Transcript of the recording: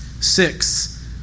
Six